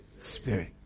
spirit